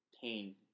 pain